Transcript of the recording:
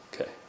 Okay